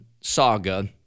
saga